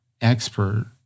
expert